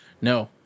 No